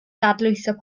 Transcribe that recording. dadlwytho